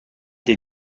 des